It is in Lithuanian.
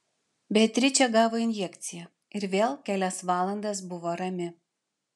beatričė gavo injekciją ir vėl kelias valandas buvo rami